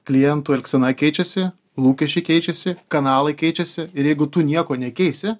klientų elgsena keičiasi lūkesčiai keičiasi kanalai keičiasi ir jeigu tu nieko nekeisi